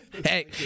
Hey